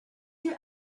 you